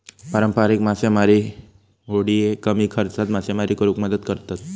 पारंपारिक मासेमारी होडिये कमी खर्चात मासेमारी करुक मदत करतत